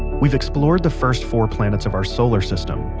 we've explored the first four planets of our solar system,